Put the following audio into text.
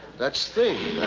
that's thing,